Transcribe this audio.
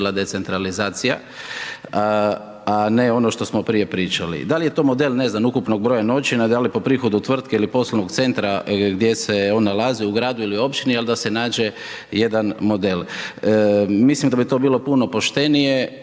tajniče bila decentralizacija. A ne ono što smo prije pričali. Da li je to model, ne znam, ukupnog broja noćenja, da li po prihodu tvrtke ili poslovnog centra gdje se on nalazi u gradu ili općini, ali da se nađe jedan model. Mislim da bi to bilo puno poštenije